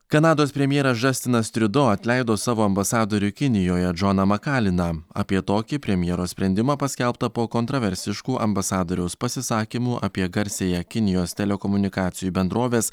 kanados premjeras džastinas triudo atleido savo ambasadorių kinijoje džoną makaliną apie tokį premjero sprendimą paskelbtą po kontroversiškų ambasadoriaus pasisakymų apie garsiąją kinijos telekomunikacijų bendrovės